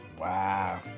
wow